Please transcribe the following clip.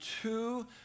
two